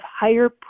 higher